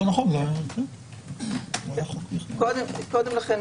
לא היה קודם לכן